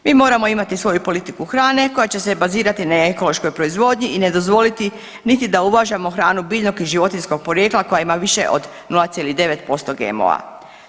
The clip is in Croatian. Mi moramo imati svoju politiku hrane koja će se bazirati na ekološkoj proizvodnji i ne dozvoliti niti da uvažamo hranu biljnog i životinjskog porijekla koja ima više od 0,9% GMO-a.